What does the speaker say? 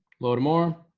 load more